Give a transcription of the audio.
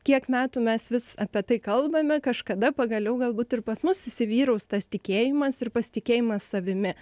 kiek metų mes vis apie tai kalbame kažkada pagaliau galbūt ir pas mus įsivyraus tas tikėjimas ir pasitikėjimas savimi